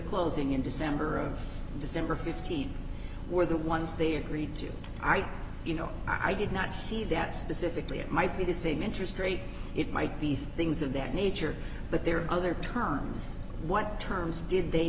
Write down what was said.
closing in december of december th were the ones they agreed to i you know i did not see that specifically it might be the same interest rate it might be things of that nature but there are other terms what terms did they